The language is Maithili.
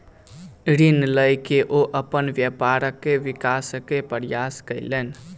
ऋण लय के ओ अपन व्यापारक विकासक प्रयास कयलैन